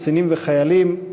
קצינים וחיילים,